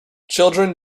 children